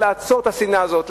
שנדע לעצור את השנאה הזאת,